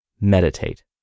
meditate